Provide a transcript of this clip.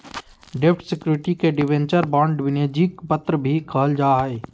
डेब्ट सिक्योरिटी के debenture, bond, वाणिज्यिक पत्र भी कहल जा हय